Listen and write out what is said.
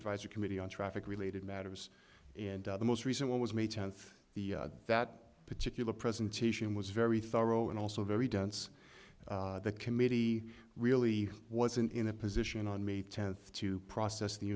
advisory committee on traffic related matters and the most recent one was may tenth the that particular presentation was very thorough and also very dense the committee really wasn't in a position on may tenth to process the